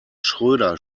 schröder